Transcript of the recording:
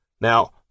Now